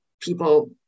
people